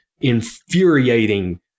infuriating